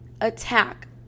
attack